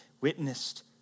witnessed